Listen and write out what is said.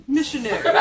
Missionary